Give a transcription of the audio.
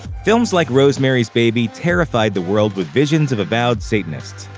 films like rosemary's baby terrified the world with visions of avowed satanists.